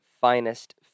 finest